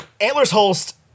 Antlers-Holst